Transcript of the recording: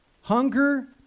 Hunger